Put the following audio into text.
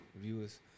viewers